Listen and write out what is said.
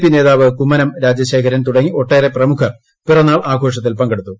P നേതാവ് കുമ്മനം രാജശേഖരൻ തുടങ്ങി ഒട്ടനവധി പ്രമുഖർ പിറന്നാൾ ആഘോത്തിൽ പങ്കെടുത്തു